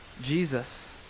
Jesus